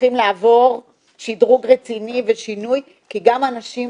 צריכים לעבור שדרוג רציני ושינוי כי גם אנשים